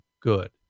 good